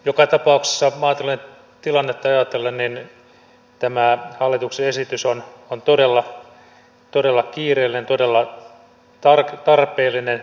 joka tapauksessa maatilojen tilannetta ajatellen tämä hallituksen esitys on todella kiireellinen todella tarpeellinen